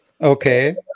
Okay